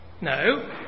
No